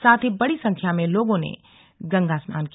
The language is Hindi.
साथ ही बड़ी संख्या में लोगों ने गंगा स्नान किया